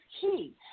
key